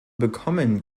bekommen